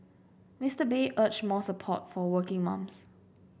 Mister Bay urged more support for working mums